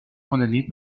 condamnée